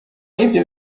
y’ibyo